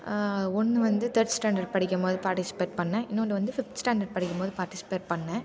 ஒன்று வந்து third standard படிக்கும்போது பார்ட்டிசிபேட் பண்ணிணேன் இன்னொன்று வந்து ஃபிஃப்த் ஸ்டாண்டர்ட் படிக்கும்போது பார்ட்டிசிபேட் பண்ணிணேன்